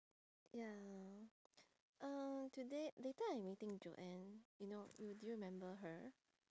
ya uh today later I'm meeting joanne you know mm do you remember her